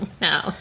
No